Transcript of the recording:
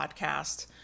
podcast